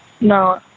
No